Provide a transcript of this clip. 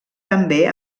també